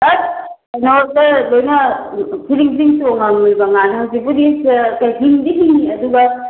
ꯀꯩꯅꯣꯁꯦ ꯂꯣꯏꯅ ꯐꯤꯗ꯭ꯔꯤꯡ ꯐꯤꯗ꯭ꯔꯤꯡ ꯆꯣꯉꯝꯃꯤꯕ ꯉꯥꯅꯦ ꯍꯧꯖꯤꯛꯄꯨꯗꯤ ꯍꯤꯡꯗꯤ ꯍꯤꯡꯉꯤ ꯑꯗꯨꯒ